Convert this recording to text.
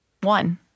One